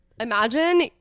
Imagine